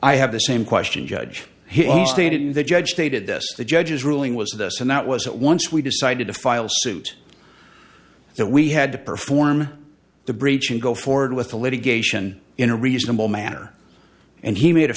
i have the same question judge he stated to the judge stated this the judge's ruling was this and that was that once we decided to file suit that we had to perform the breach and go forward with the litigation in a reasonable manner and he made a